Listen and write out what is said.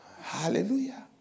Hallelujah